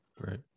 right